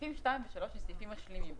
סעיפים (2) ו-(3) הם סעיפים משלימים.